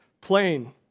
plain